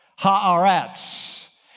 Haaretz